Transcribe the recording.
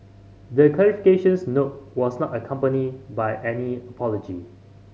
the clarifications note was not accompanied by any apology